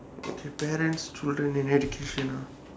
okay parents children and education ah